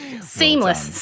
Seamless